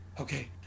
okay